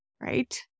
Right